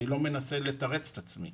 אני לא מנסה לתרץ את עצמי.